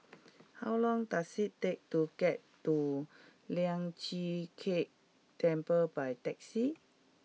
how long does it take to get to Lian Chee Kek Temple by taxi